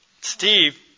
Steve